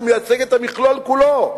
שהוא מייצג את המכלול כולו,